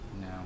No